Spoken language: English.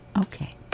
Okay